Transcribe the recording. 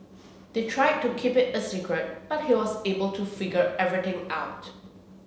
they tried to keep it a secret but he was able to figure everything out